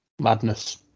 Madness